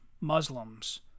muslims